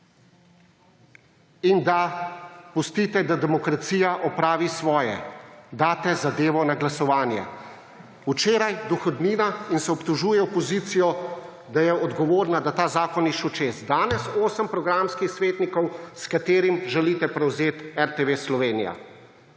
in da pustite, da demokracija opravi svoje, daste zadevo na glasovanje. Včeraj dohodnina in se obtožuje opozicijo, da je odgovorna, da ta zakon ni šel čez. Danes osem programskih svetnikov, s katerimi želite prevzeti RTV Slovenija.